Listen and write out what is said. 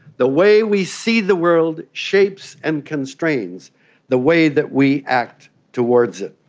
the way we see the world shapes and constrains the way that we act towards it.